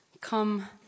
come